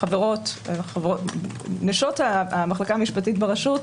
נשות המחלקה המשפטית ברשות,